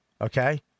Okay